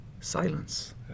silence